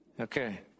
Okay